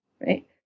right